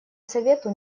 совету